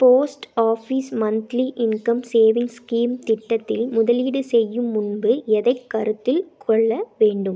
post office monthly income savings scheme திட்டத்தில் முதலீடு செய்யும் முன்பு எதைக் கருத்தில் கொள்ள வேண்டும்